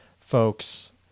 folks